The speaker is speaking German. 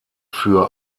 für